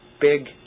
big